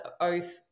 oath